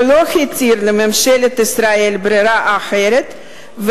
שלא הותיר לממשלת ישראל ברירה אחרת,